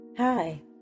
Hi